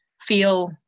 feel